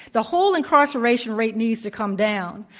the whole incarceration rate needs to come down,